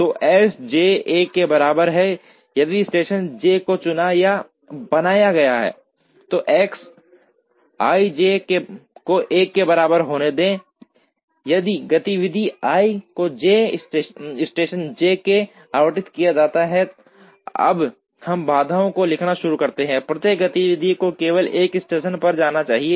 तो S j 1 के बराबर है यदि स्टेशन j को चुना या बनाया गया है और X ij को 1 के बराबर होने दें यदि गतिविधि i को स्टेशन j को आवंटित किया जाता है अब हम बाधाओं को लिखना शुरू करते हैं प्रत्येक गतिविधि को केवल 1 स्टेशन पर जाना चाहिए